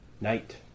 Night